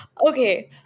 Okay